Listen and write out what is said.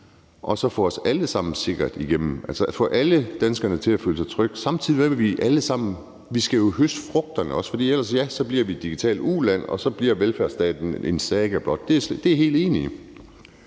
og få os alle sammen sikkert igennem, altså få alle danskere til at føle sig trygge, samtidig med at vi alle sammen skal høste frugterne. For ellers bliver vi et digitalt uland, og så bliver velfærdsstaten en saga blot. Det er jeg helt enig